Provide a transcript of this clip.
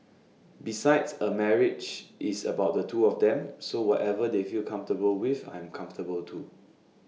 besides A marriage is about the two of them so whatever they feel comfortable with I am comfortable too